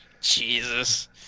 Jesus